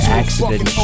accident